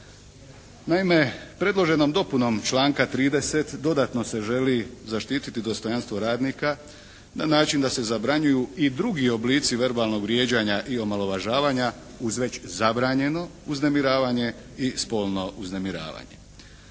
Naime predloženom dopunom članka 30. dodatno se želi zaštititi dostojanstvo radnika na način da se zabranjuju i drugi oblici verbalnog vrijeđanja i omalovažavanja uz već zabranjeno uznemiravanje i spolno uznemiravanje.